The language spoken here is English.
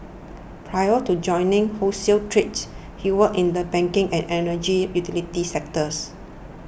prior to joining wholesale trade he worked in the banking and energy utilities sectors